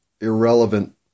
Irrelevant